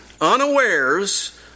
unawares